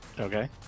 Okay